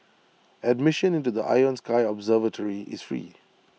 admission into the Ion sky observatory is free